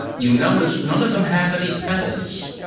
you notice none of them have any petals.